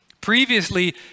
previously